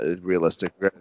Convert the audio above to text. realistic